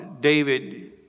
David